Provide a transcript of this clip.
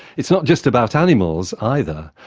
it's not just about animals, either.